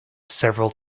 several